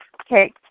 Okay